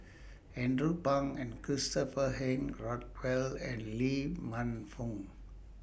Andrew Phang and Christopher Henry Rothwell and Lee Man Fong